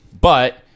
But-